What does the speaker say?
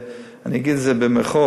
אני אגיד את זה במירכאות,